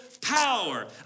power